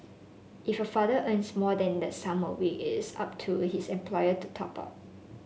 if a father earns more than the sum a week is up to his employer to top up